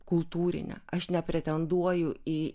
kultūrinę aš nepretenduoju į